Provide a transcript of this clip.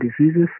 diseases